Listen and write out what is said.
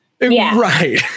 right